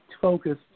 focus